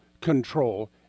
control